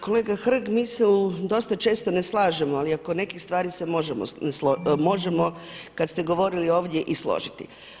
Kolega Hrg, mi se dosta često ne slažemo, ali oko nekih stvari se možemo složiti, kad ste govorili i ovdje i složiti.